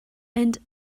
and